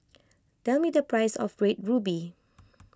tell me the price of Red Ruby